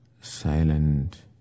silent